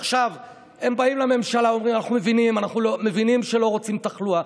עכשיו הם באים לממשלה ואומרים: אנחנו מבינים שלא רוצים תחלואה.